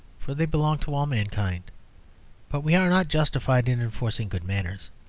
for they belong to all mankind but we are not justified in enforcing good manners,